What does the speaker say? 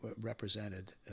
represented